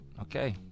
Okay